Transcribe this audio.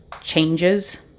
changes